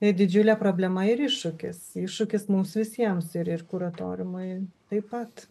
didžiulė problema ir iššūkis iššūkis mums visiems ir ir kuratoriumui taip pat